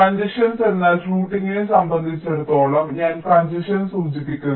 congestions എന്നാൽ റൂട്ടിംഗിനെ സംബന്ധിച്ചിടത്തോളം ഞാൻ കൺജഷൻസ് സൂചിപ്പിക്കുന്നു